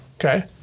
Okay